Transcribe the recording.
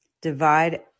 Divide